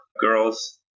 girls